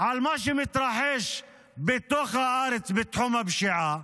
על מה שמתרחש בתוך הארץ בתחום הפשיעה.